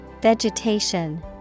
Vegetation